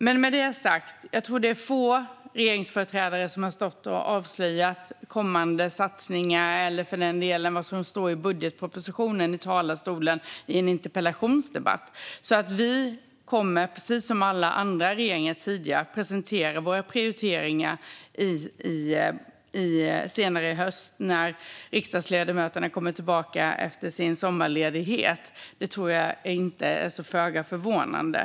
Med detta sagt tror jag att det är få regeringsföreträdare som har stått i talarstolen i en interpellationsdebatt och avslöjat kommande satsningar eller för den delen vad som står i budgetpropositionen. Vi kommer, precis som alla tidigare regeringar, att presentera våra prioriteringar senare i höst, när riksdagsledamöterna kommer tillbaka efter sin sommarledighet. Det tror jag är föga förvånande.